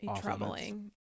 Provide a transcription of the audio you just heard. troubling